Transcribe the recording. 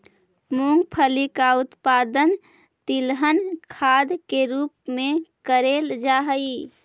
मूंगफली का उत्पादन तिलहन खाद के रूप में करेल जा हई